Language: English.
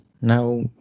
now